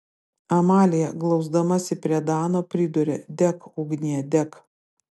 amalija glausdamasi prie dano priduria dek ugnie dek